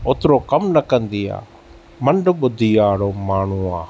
ओतिरो कमु न कंदी आहे मंद ॿुधी वारो माण्हू आहे